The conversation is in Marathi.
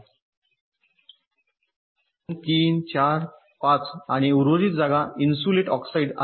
त्याचप्रमाणे पी टाइप एमओएस ट्रान्झिस्टर अगदी समान आहे फक्त हे एन टाईप वर तयार केले आहे थर किंवा विहीर तेथे एपी प्रकार प्रदेश पसरणे आणि त्याचप्रमाणे ऑक्साईड